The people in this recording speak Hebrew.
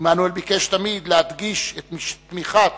עמנואל ביקש תמיד להדגיש את תמיכת